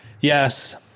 yes